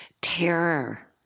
terror